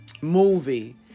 Movie